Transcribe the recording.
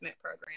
program